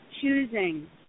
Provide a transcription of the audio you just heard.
choosing